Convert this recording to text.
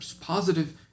positive